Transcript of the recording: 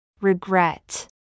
Regret